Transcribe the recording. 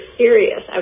serious